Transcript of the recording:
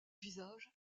visage